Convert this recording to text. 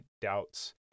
doubts